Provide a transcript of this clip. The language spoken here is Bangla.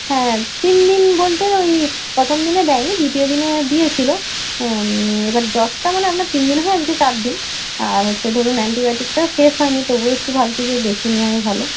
হ্যাঁ তিন দিন বলতে ওই প্রথম দিনে দেয় নি দ্বিতীয় দিনে দিয়েছিলো এবার জ্বরটা মানে আপনার তিন দিন হয়ে আজকে চার দিন আর হচ্ছে ধরুন অ্যান্টিবায়োটিকটা শেষ হয় নি তবুও একটু ভাবছি যে দেখিয়ে নেওয়াই ভালো